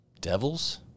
Devils